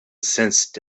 sensed